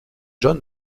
john